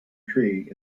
tree